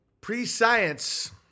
pre-science